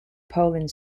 poland